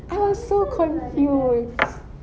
I'm so confused